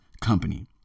company